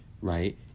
right